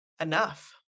enough